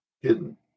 hidden